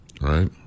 right